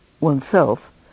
oneself